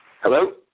Hello